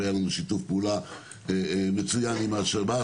והיא לנו שיתוף פעולה מצוין עם השב"ס,